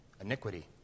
Iniquity